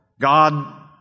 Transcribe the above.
God